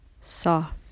soft